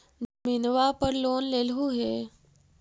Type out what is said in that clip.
जमीनवा पर लोन लेलहु हे?